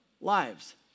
lives